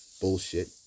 bullshit